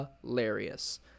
hilarious